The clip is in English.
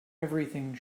everything